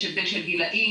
יש הבדל של גילאים,